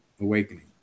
awakening